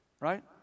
right